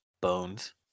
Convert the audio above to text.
Bones